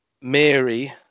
mary